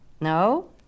No